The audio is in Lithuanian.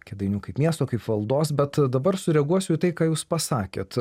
kėdainių kaip miesto kaip valdos bet dabar sureaguosiuį tai ką jūs pasakėt